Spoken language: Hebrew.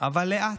אבל לאט.